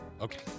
Okay